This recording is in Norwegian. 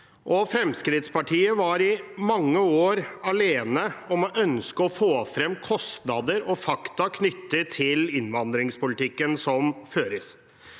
Fremskrittspartiet var i mange år alene om å ønske å få frem kostnader og fakta knyttet til innvandringspolitikken som føres.